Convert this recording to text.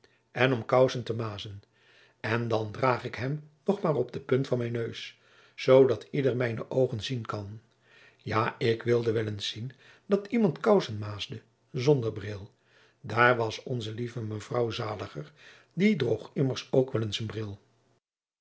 en om koussen te mazen en dan draag ik hem nog maar op den punt van mijn neus zoodat ieder mijne oogen zien kan ja ik wilde wel eens zien dat iemand koussen maasde zonder bril daar was onze lieve mevrouw zaliger die droeg immers ook wel een bril